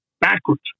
backwards